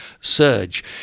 surge